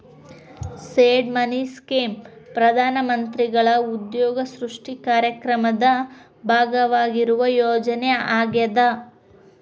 seed money scheme ಪ್ರಧಾನ ಮಂತ್ರಿಗಳ ಉದ್ಯೋಗ ಸೃಷ್ಟಿ ಕಾರ್ಯಕ್ರಮದ ಭಾಗವಾಗಿರುವ ಯೋಜನೆ ಆಗ್ಯಾದ